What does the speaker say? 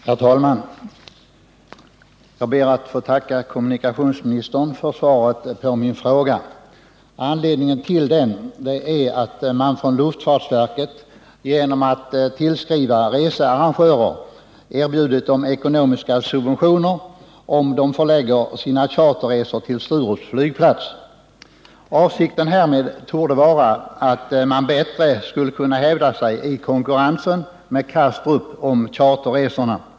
Herr talman! Jag ber att få tacka kommunikationsministern för svaret på min fråga. Anledningen till frågan är att luftfartsverket i brev erbjudit researrangörer ekonomiska subventioner, om de förlägger sina charterresor till Sturups flygplats. Avsikten torde vara att man bättre skulle kunna hävda sig i konkurrensen med Kastrup om charterresorna.